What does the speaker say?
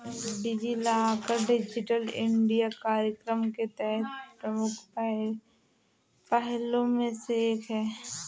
DigiLocker Digital India कार्यक्रम के तहत प्रमुख पहलों में से एक है